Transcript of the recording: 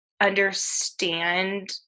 understand